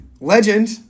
legend